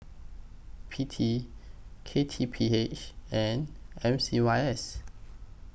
P T K T P H and M C Y S